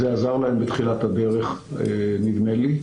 זה עזר להם בתחילת הדרך, נדמה לי,